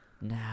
Nah